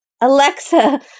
Alexa